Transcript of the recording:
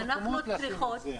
אין מקומות לשים את זה,